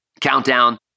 countdown